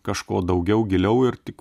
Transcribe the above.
kažko daugiau giliau ir tik